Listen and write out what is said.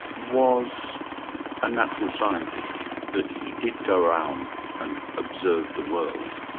was a natural scientist, that he did go around and observe the world?